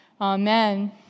Amen